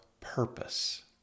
purpose